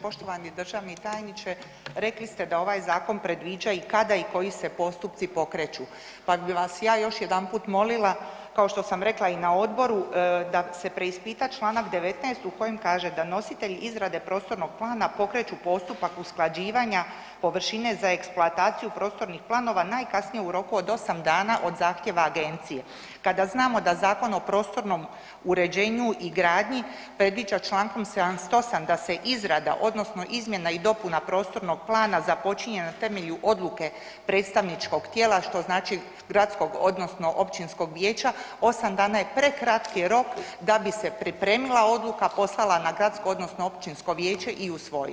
Poštovani državni tajniče, rekli ste da ovaj zakon predviđa i kada i koji se postupci pokreću, pa bi vas ja još jedanput molila, kao što sam rekla i na odboru, da se preispita čl. 19. u kojem kaže da „nositelji izrade prostornog plana pokreću postupak usklađivanja površine za eksploataciju prostornih planova najkasnije u roku od 8 dana od zahtjeva agencije“, kada znamo da Zakon o prostornom uređenju i gradnji predviđa čl. 78. da se izrada odnosno izmjena i dopuna prostornog plana započinje na temelju odluke predstavničkog tijela, što znači gradskog odnosno općinskog vijeća, 8 dana je prekratki rok da bi se pripremila odluka, poslala na gradsko odnosno općinsko vijeće i usvojila.